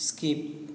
skip